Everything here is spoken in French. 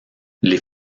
les